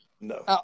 No